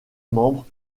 membres